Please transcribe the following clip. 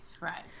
right